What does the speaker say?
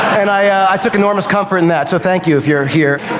and i took enormous comfort in that, so thank you if you're here.